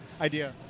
idea